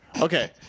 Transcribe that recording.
Okay